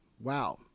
wow